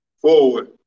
forward